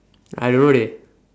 I don't know leh